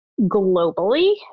globally